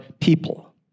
people